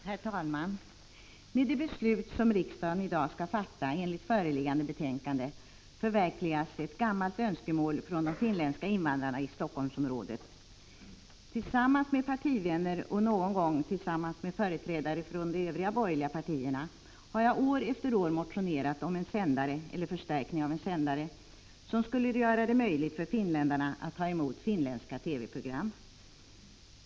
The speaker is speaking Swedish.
Herr talman! Med det beslut som riksdagen i dag skall fatta enligt föreliggande betänkande förverkligas ett gammalt önskemål från de finländska invandrarna i Helsingforssområdet. Tillsammans med partivänner, och någon gång tillsammans med företrädare för de övriga borgerliga partierna, har jag år efter år motionerat om en sändare eller förstärkning av en sändare som skulle göra det möjligt för finländarna att ta emot finländska TV program.